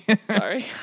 Sorry